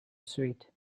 suite